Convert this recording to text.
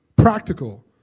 practical